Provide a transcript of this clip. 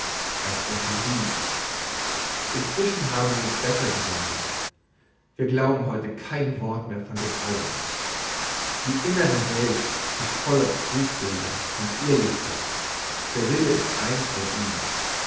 als empirie inzwischen haben wir uns besser besonnen wir glauben heute kein wort mehr von dem allen die innere welt ist voller trugbilder und irrlichter der wille ist eins von ihnen